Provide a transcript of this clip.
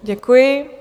Děkuji.